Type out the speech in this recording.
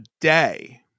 day